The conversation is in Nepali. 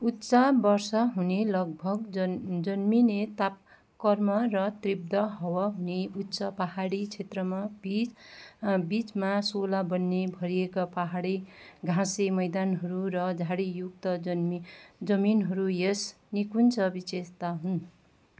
उच्च वर्षा हुने लगभग जन्मिने ताप कर्म र त्रिब्द हावा हुने उच्च पाहाडी क्षेत्रमा बिच बिचमा सोला वनले भरिएका पाहाडे घाँसे मैदानहरू र झाडीयुक्त जमिनहरू यस निकुञ्च विशेषता हुन्